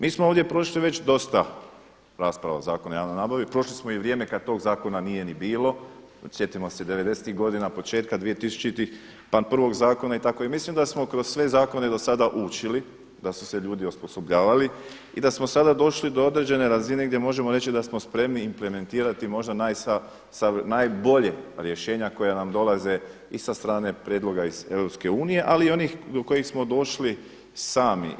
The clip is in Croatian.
Mi smo ovdje prošli već dosta rasprava o Zakonu o javnoj nabavi, prošli smo i vrijeme kada tog zakona nije ni bilo, sjetimo se devedesetih godina početka dvije tisućitih pa prvog zakona i mislim da smo kroz sve zakone do sada učili da su se ljudi osposobljavali i da smo sada došli do određene razine gdje možemo reći da smo spremni implementirati možda najbolja rješenja koja nam dolaze i sa strane prijedlog iz EU, ali i oni do kojih smo došli sami.